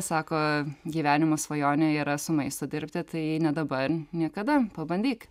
sako gyvenimo svajonė yra su maistu dirbti tai ne dabar niekada pabandyk